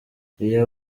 iyo